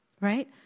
Right